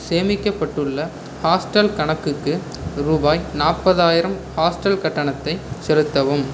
சேமிக்கப்பட்டுள்ள ஹாஸ்டல் கணக்குக்கு ரூபாய் நாற்பதாயிரம் ஹாஸ்டல் கட்டணத்தை செலுத்தவும்